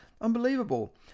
Unbelievable